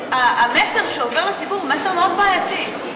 המסר שעובר לציבור הוא מסר מאוד בעייתי.